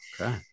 okay